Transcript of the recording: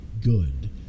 good